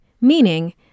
meaning